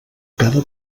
cada